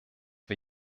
wir